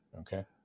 Okay